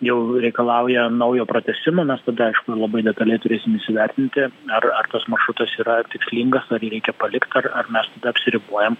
jau reikalauja naujo pratęsimo mes tada aišku labai detaliai turėsim įsivertinti ar ar tas maršrutas yra tikslingas ar jį reikia palikt ar ar mes tada apsiribojam